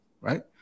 right